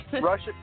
Russia